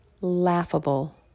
laughable